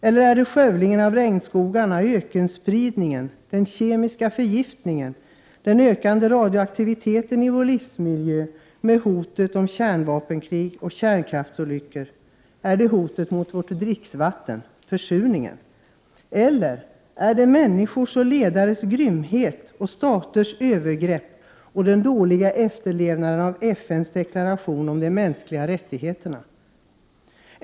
Eller är det skövlingen av regnskogarna, ökenspridningen, den kemiska förgiftningen, den ökande radioaktiviteten i vår livsmiljö med hotet om kärnvapenkrig och kärnkraftsolyckor? Är det hotet mot vårt dricksvatten? Är det försurningen? Eller är det människors och ledares grymhet och staters övergrepp och den dåliga efterlevnaden av FN:s deklaration om de mänskliga rättigheterna?